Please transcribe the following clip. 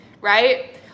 right